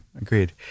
agreed